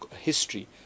history